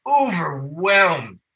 overwhelmed